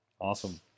Awesome